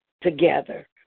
together